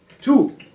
Two